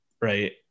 right